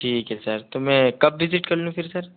ठीक है सर तो सर मैं कब विजिट कर लूँ फिर सर